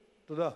תודה.